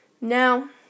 now